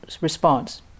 response